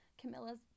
Camilla's